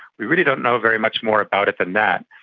we really don't know very much more about it than that,